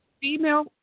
female